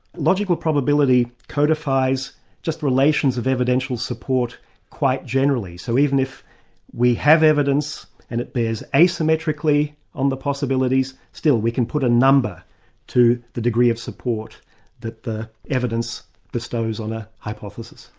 logical probability codifies just relations of evidential support quite generally, so even if we have evidence and it bears asymmetrically on the possibilities, still we can put a number to the degree of support that the evidence bestows on a hypothesis.